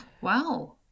Wow